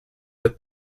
the